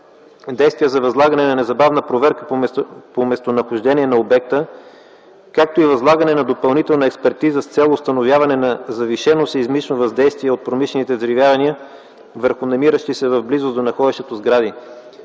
действия за възлагане на незабавна проверка по местонахождение на обекта, както и възлагане на допълнителна експертиза с цел установяване на завишено сеизмично въздействие от промишлените взривявания върху намиращи се в близост до находището сгради.